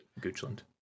Goochland